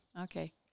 okay